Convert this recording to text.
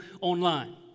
online